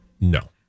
No